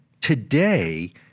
today